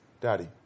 Daddy